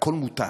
והכול מותר.